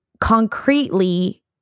concretely